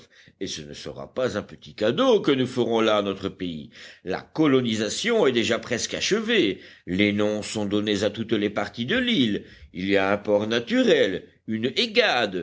et ce ne sera pas un petit cadeau que nous ferons là à notre pays la colonisation est déjà presque achevée les noms sont donnés à toutes les parties de l'île il y a un port naturel une